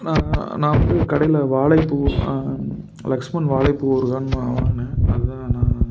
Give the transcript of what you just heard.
நான் நான் வந்து கடையில் வாழைப்பூ லக்ஷ்மன் வாழைப்பூ ஒரு கன் நான் வாங்கினேன் அதை தான் நான்